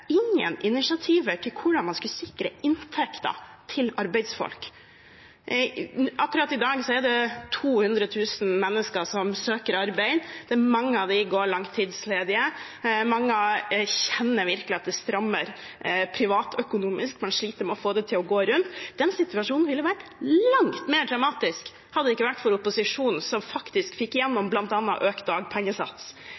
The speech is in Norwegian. ingen initiativer til hvordan man skulle sikre inntekter til arbeidsfolk. Akkurat i dag er det 200 000 mennesker som søker arbeid. Mange av dem går langtidsledig. Mange kjenner virkelig at det strammer privatøkonomisk, man sliter med å få det til å gå rundt. Den situasjonen ville vært langt mer dramatisk hadde det ikke vært for opposisjonen, som faktisk fikk